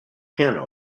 piano